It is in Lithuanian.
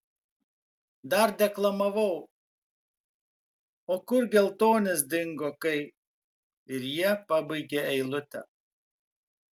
dar deklamavau o kur geltonis dingo kai ir jie pabaigė eilutę